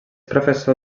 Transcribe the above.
professor